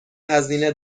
هزینه